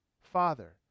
Father